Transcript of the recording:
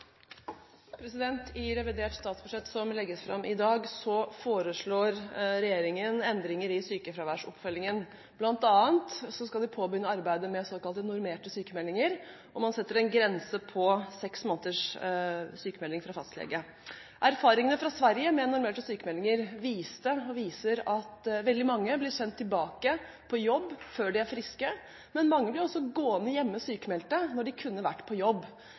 legges fram i dag, foreslår regjeringen endringer i sykefraværsoppfølgingen. Blant annet skal de påbegynne arbeidet med såkalt normerte sykmeldinger. Man setter en grense på seks måneders sykmelding fra fastlege. Erfaringene med normerte sykmeldinger i Sverige viser at veldig mange blir sendt tilbake på jobb før de er friske, men mange blir også gående sykmeldt hjemme når de kunne vært på jobb.